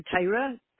Tyra